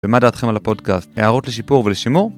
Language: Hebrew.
ומה דעתכם על הפודקאסט? הערות לשיפור ולשימור?